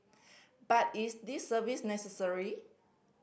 but is this service necessary